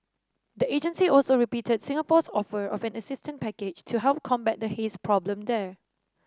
the agency also repeated Singapore's offer of an assistance package to help combat the haze problem there